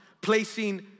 placing